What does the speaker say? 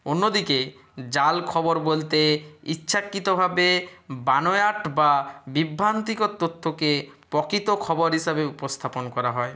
অন্য দিকে জাল খবর বলতে ইচ্ছাকৃত ভাবে বানোয়াট বা বিভ্রান্তিকর তথ্যকে প্রকৃত খবর হিসাবে উপস্থাপন করা হয়